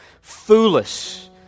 foolish